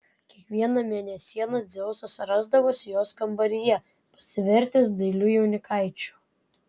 kiekvieną mėnesieną dzeusas rasdavosi jos kambaryje pasivertęs dailiu jaunikaičiu